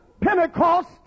Pentecost